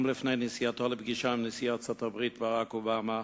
גם לפני נסיעתו לפגישה עם נשיא ארצות-הברית ברק אובמה